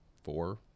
four